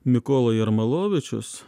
mikola jarmalovičius